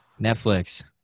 netflix